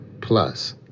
Plus